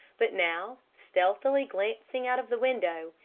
but now, stealthily glancing out of the window,